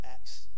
Acts